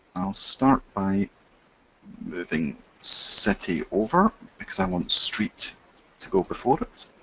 i'll start by moving city over, because i want street to go before it.